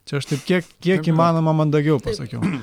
čia aš taip kiek kiek įmanoma mandagiau pasakiau